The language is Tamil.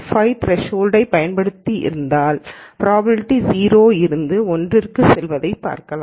5 த்ரெஸ்கொல்ட்டை பயன்படுத்த இருந்தால் ப்ராபபிலிட்டி 0 இருந்து ஒன்றிற்கு செல்வதை பார்க்கலாம்